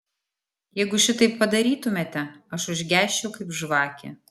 jeigu šitaip padarytumėte aš užgesčiau kaip žvakė